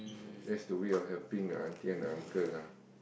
there's the way of helping the auntie and the uncle lah